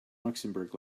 luxembourg